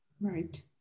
Right